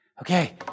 Okay